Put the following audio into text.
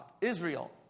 Israel